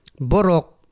Borok